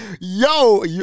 yo